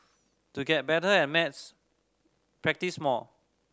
to get better at maths practise more